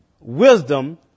wisdom